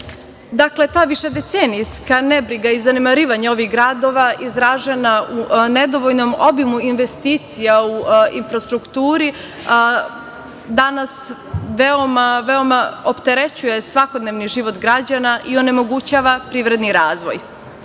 države. Dakle, ta višedecenijska nebriga i zanemarivanje ovih gradova, izražena u nedovoljnom obimu investicija u infrastrukturi, danas veoma, veoma opterećuje svakodnevni život građana i onemogućava privredni razvoj.